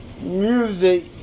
music